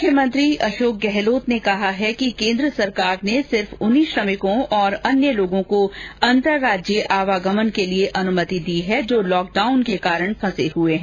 मुख्यमंत्री अशोक गहलोत ने कहा है कि केन्द्र सरकार ने सिर्फ उन्हीं श्रमिकों और अन्य लोगों को अंतर्राज्यीय आवागमन के लिए अनुमति दी है जो लॉकडाउन के कारण फंसे हुस है